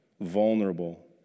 vulnerable